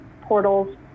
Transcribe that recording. portals